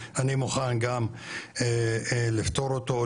אני מוכן גם לפטור אותו,